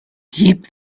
keep